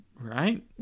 right